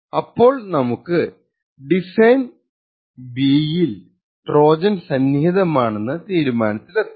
അപ്പോൾ നമുക്ക് ഡിസൈൻ ബിയിൽ ട്രോജൻ സന്നിഹിതമാണെന്ന തീരുമാനത്തിലെത്താം